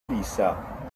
lisa